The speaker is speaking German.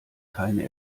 keine